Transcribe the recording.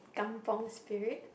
Kampung spirit